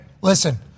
Listen